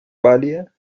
pálida